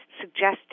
suggesting